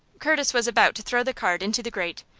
curtis was about to throw the card into the grate,